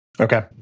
Okay